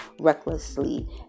recklessly